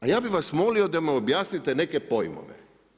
A ja bi vas molio da objasnite neke pojmove.